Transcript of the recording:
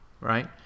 Right